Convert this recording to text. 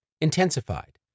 intensified